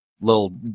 little